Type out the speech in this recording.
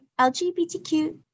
LGBTQ